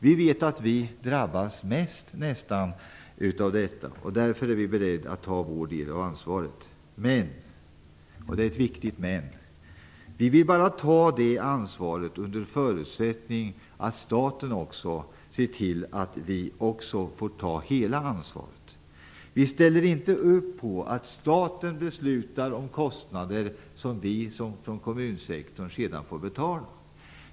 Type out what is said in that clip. Vi vet att vi drabbas nästan mest av detta, och därför är vi beredda att ta vår del av ansvaret. Men - och det är ett viktigt "men" - vi vill bara ta det ansvaret under förutsättning att staten också ser till att vi får ta hela ansvaret. Vi ställer inte upp på att staten beslutar om kostnader som vi från kommunsektorn sedan får betala.